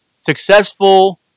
successful